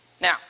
Now